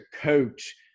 coach